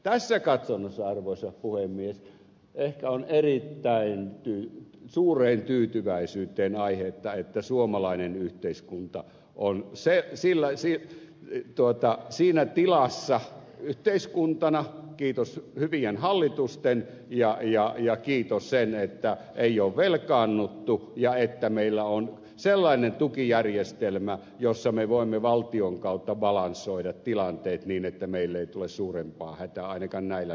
tässä katsannossa arvoisa puhemies ehkä on erittäin suureen tyytyväisyyteen aihetta että suomalainen yhteiskunta on se että sillä se ei tuota siinä tilassa yhteiskuntana kiitos hyvien hallitusten ja kiitos sen että emme ole velkaantuneet että meillä on sellainen tukijärjestelmä jossa me voimme valtion kautta balansoida tilanteet niin että meille ei tule suurempaa hätää ainakaan näillä näkymin